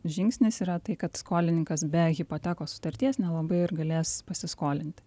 žingsnis yra tai kad skolininkas be hipotekos sutarties nelabai ir galės pasiskolinti